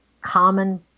common